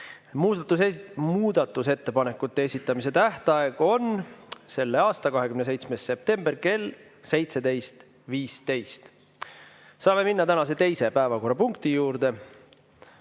Muudatusettepanekute esitamise tähtaeg on selle aasta 27. september kell 17.15. Saame minna tänase teise päevakorrapunkti juurde.